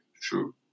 True